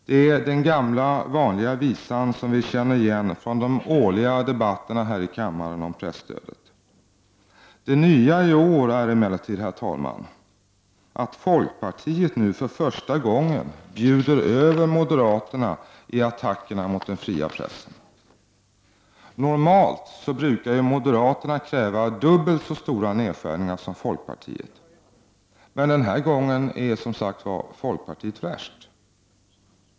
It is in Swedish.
Det är den gamla vanliga visan som vi känner igen från de årliga debatterna här i kammaren om presstödet. Det nya i år är emellertid, herr talman, att folkpartiet nu för första gången bjuder över moderaterna i attackerna mot den fria pressen. Normalt brukar moderaterna kräva dubbelt så stora nedskärningar som folkpartiet, men den här gången är som sagt folkpartiet värst.